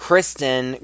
Kristen